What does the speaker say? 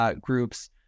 groups